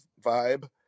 vibe